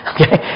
Okay